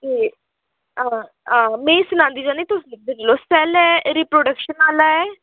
एह् हां हां में सनांदी जन्नी तुस पैह्लें रिप्रोडक्शन आह्ला ऐ